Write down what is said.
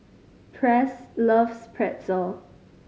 Press loves Pretzel